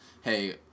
hey